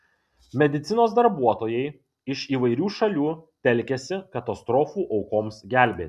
medicinos darbuotojai iš įvairių šalių telkiasi katastrofų aukoms gelbėti